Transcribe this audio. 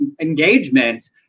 engagement